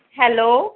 hello